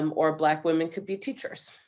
um or black women could be teachers.